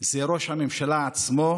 זה ראש הממשלה עצמו,